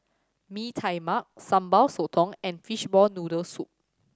Mee Tai Mak Sambal Sotong and fishball noodle soup